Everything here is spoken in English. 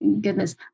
Goodness